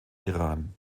iran